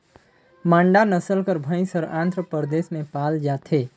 मांडा नसल कर भंइस हर आंध्र परदेस में पाल जाथे